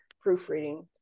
proofreading